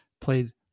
played